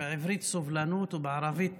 בעברית סובלנות ובערבית "תסאמוח".